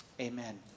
Amen